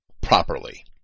properly